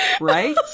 Right